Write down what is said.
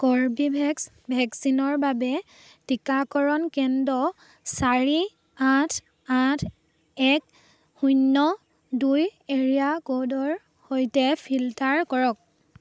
Corbevax ভেকচিনৰ বাবে টিকাকৰণ কেন্দ্ৰ চাৰি আঠ আঠ এক শূন্য দুই এৰিয়া ক'ডৰ সৈতে ফিল্টাৰ কৰক